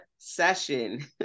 session